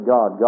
God